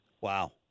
Wow